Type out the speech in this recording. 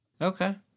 Okay